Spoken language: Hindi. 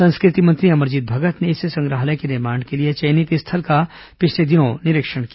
संस्कृति मंत्री अमरजीत भगत ने इस संग्रहालय के निर्माण के लिए चयनित स्थल का पिछले दिनों निरीक्षण किया